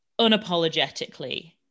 unapologetically